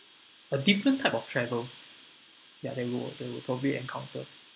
a different type of travel ya that we'll that we'll probably encounter